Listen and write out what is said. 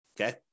okay